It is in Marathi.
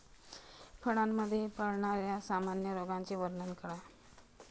फळांमध्ये पडणाऱ्या सामान्य रोगांचे वर्णन करा